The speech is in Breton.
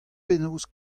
penaos